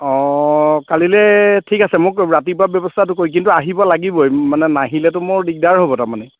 অ কালিলৈ ঠিক আছে মোক ৰাতিপুৱা ব্যৱস্থাটো কৰি কিন্তু আহিব লাগিবই মানে নাহিলেতো মোৰ দিগদাৰ হ'ব তাৰমানে